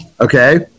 okay